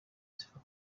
zifata